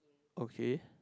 okay